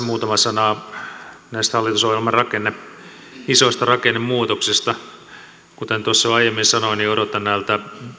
muutama sana näistä hallitusohjelman isoista rakennemuutoksista kuten tuossa jo aiemmin sanoin niin odotan näiltä